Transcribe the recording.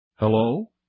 Hello